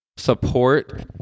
Support